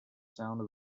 sound